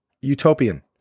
utopian